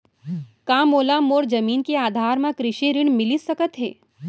का मोला मोर जमीन के आधार म कृषि ऋण मिलिस सकत हे?